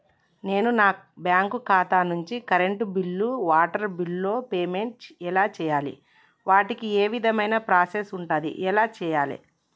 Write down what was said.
నేను నా బ్యాంకు ఖాతా నుంచి కరెంట్ బిల్లో వాటర్ బిల్లో పేమెంట్ ఎలా చేయాలి? వాటికి ఏ విధమైన ప్రాసెస్ ఉంటది? ఎలా చేయాలే?